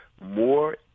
more